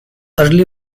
early